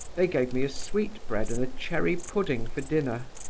they gave me a sweet-bread and a cherry pudding for dinner.